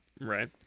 Right